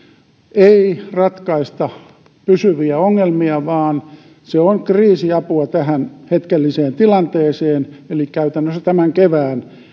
ei ratkaista pysyviä ongelmia vaan se on kriisiapua tähän hetkelliseen tilanteeseen eli käytännössä tämän